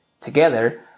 together